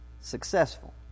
Successful